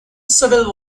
civil